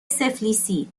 سفلیسی